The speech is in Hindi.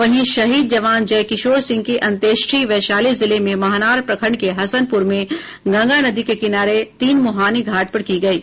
वहीं शहीद जवान जयकिशोर सिंह की अंत्येष्टि वैशाली जिले में महनार प्रखंड के हसनपुर में गंगा नदी के किनारे तीनमुहानी घाट पर की गयी